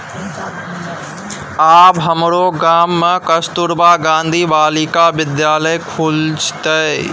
आब हमरो गाम मे कस्तूरबा गांधी बालिका विद्यालय खुजतै